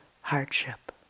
hardship